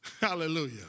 Hallelujah